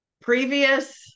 Previous